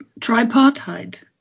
tripartite